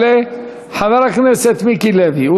יעלה חבר הכנסת מיקי לוי,